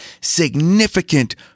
significant